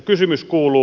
kysymys kuuluu